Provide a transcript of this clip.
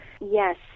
yes